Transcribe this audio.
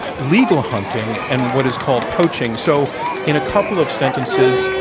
legal hunting and what is called poaching. so in a couple of sentences,